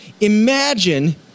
imagine